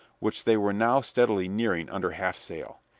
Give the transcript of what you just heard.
which they were now steadily nearing under half sail.